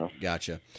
Gotcha